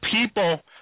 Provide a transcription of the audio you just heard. people